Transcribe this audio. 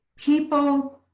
people